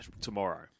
tomorrow